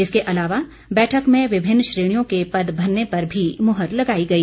इसके अलावा बैठक में विभिन्न श्रेणियों के पद भरने पर भी मोहर लगाई गई